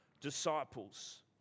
disciples